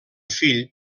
fill